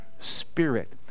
spirit